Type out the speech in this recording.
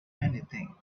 anything